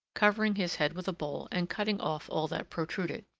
covering his head with a bowl and cutting off all that protruded,